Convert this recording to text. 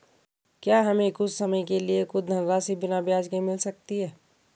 क्या हमें कुछ समय के लिए कुछ धनराशि बिना ब्याज के मिल सकती है?